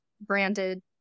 Branded